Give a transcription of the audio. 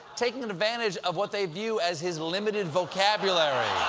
taking advantage of what they view as his limited vocabulary.